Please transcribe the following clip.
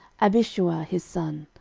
abishua his son,